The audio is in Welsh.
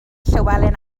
llywelyn